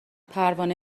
پروانه